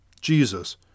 Jesus